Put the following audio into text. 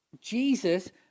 Jesus